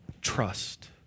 trust